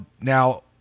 now